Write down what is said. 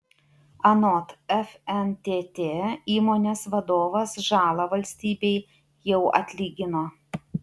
anot fntt įmonės vadovas žalą valstybei jau atlygino